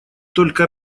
только